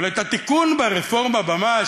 אבל את התיקון ברפורמה במס,